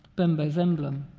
bembo's emblem.